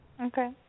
Okay